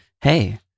hey